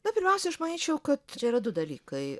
na pirmiausia aš manyčiau kad čia yra du dalykai